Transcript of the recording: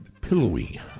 Pillowy